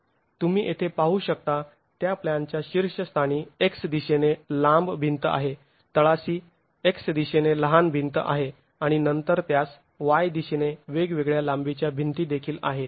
तुम्ही येथे पाहू शकता त्या प्लॅनच्या शीर्ष स्थानी x दिशेने लांब भिंत आहे तळाशी x दिशेने लहान भिंत आहे आणि नंतर त्यास y दिशेने वेगवेगळ्या लांबीच्या भिंती देखील आहेत